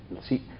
See